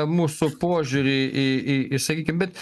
mūsų požiūrį į į į sakykim bet